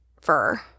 fur